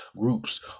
groups